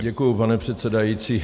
Děkuji, pane předsedající.